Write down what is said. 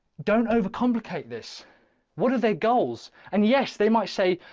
don't overcomplicate this what are they goals? and yes, they might say,